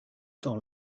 temps